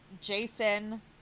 Jason